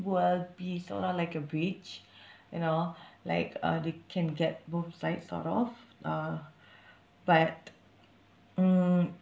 will be sort of like a bridge you know like uh they can get both sides sort of uh but mm